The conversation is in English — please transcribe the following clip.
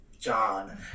John